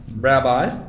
Rabbi